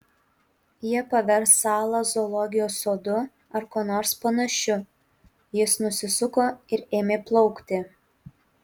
jie pavers salą zoologijos sodu ar kuo nors panašiu jis nusisuko ir ėmė plaukti